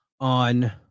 On